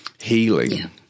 healing